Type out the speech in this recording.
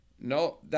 No